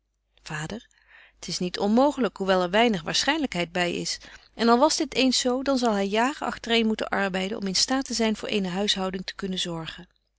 vader t is niet onmooglyk hoewel er weinig waarschynlykheid by is en al was dit eens zo dan zal hy jaren agterëen moeten arbeiden om in staat te zyn voor eene huishouding te kunnen zorgen